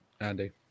Andy